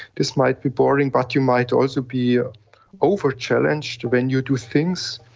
this might be boring, but you might also be ah over-challenged when you do things.